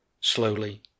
Slowly